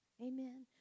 Amen